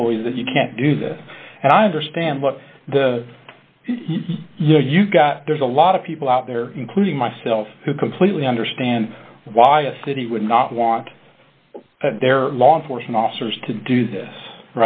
employees that you can't do that and i understand what the you've got there's a lot of people out there including myself who completely understand why a city would not want their law enforcement officers to do this